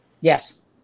Yes